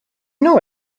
know